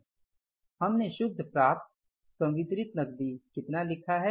हमने शुद्ध प्राप्तसंवितरित नकदी कितना लिखा है